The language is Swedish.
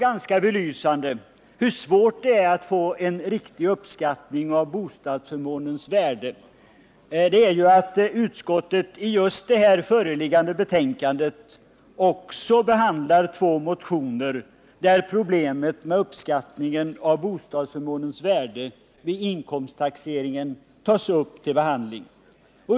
Ganska belysande för hur svårt det är att få en riktig uppskattning av bostadsförmånens värde är att utskottet i just det föreliggande betänkandet också behandlar två motioner, i vilka problemet med uppskattningen av bostadsförmånens värde vid inkomsttaxeringen tas upp till behandling.